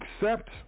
accept